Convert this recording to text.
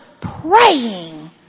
praying